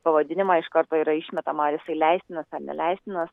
pavadinimą iš karto yra išmetama ar jisai leistina neleistinas